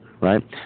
right